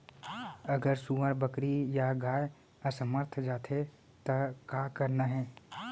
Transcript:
अगर सुअर, बकरी या गाय असमर्थ जाथे ता का करना हे?